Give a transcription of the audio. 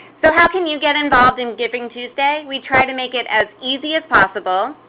so how can you get involved in givingtuesday? we try to make it as easy as possible.